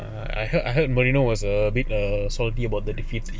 err I heard I heard marino was a bit salty about the defeats